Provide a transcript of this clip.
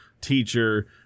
teacher